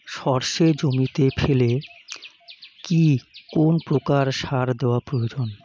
সর্ষে জমিতে ফেলে কি কোন প্রকার সার দেওয়া প্রয়োজন?